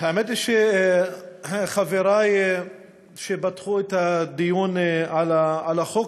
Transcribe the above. האמת היא שחברי שפתחו את הדיון בחוק